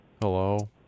Hello